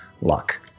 luck